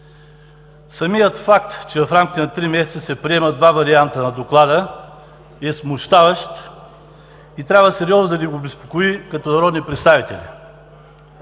Самият факт, че в рамките на три месеца се приемат два варианта на Доклада, е смущаващ и трябва сериозно да ни обезпокои като народни представители.